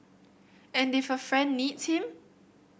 and if a friend needs him